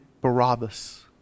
Barabbas